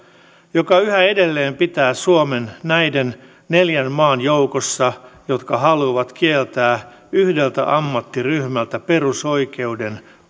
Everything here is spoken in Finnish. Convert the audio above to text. joka yhä edelleen pitää suomen näiden neljän maan joukossa jotka haluavat kieltää yhdeltä ammattiryhmältä perusoikeuden